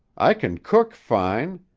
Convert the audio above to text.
i can cook fine.